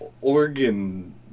organ